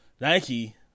Nike